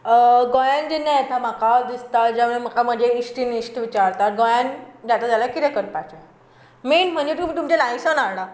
गोंयांत जेन्ना येता म्हाका दिसता म्हाका म्हजे इश्ट इश्टीण विचारतात गोंयांत येता जाल्यार कितें करपाचें मैन म्हणटात तें तुमी तुमचें लायसन्स हाडा